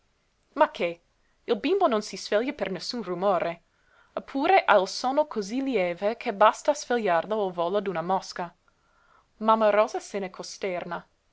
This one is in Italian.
ma che il bimbo non si sveglia per nessun rumore eppure ha il sonno cosí lieve che basta a svegliarlo il volo d'una mosca mamma rosa se ne costerna